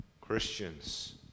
Christians